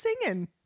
singing